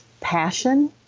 passion